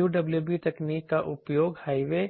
UWB तकनीक का उपयोग हाईवे